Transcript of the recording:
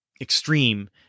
extreme